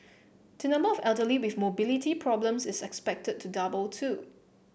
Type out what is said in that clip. the number of elderly with mobility problems is expected to double too